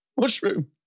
mushroom